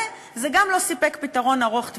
וגם זה לא סיפק פתרון ארוך טווח.